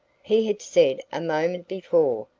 he had said a moment before,